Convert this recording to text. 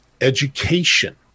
education